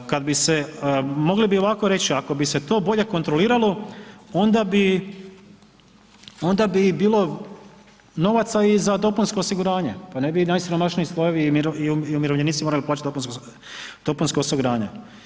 Kad bi se, mogli bi ovako reći, ako bi se to bolje kontroliralo onda bi onda bi bilo novaca i za dopunsko osiguranje pa ne bi najsiromašniji slojevi i umirovljenici morali plaćati dopunsko, dopunsko osiguranje.